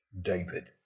David